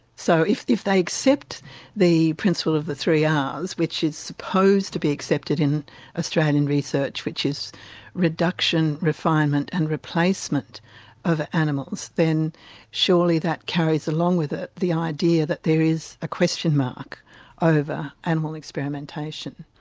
so if if they accept the principle of the three ah rs, which is supposed to be accepted in australian research, which is reduction, refinement and replacement of animals, then surely that carries along with it the idea that there is a question mark over animal experimentation.